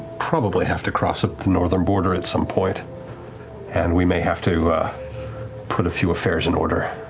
probably have to cross a northern border at some point and we may have to put a few affairs in order.